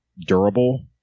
durable